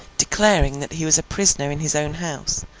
declaring that he was a prisoner in his own house,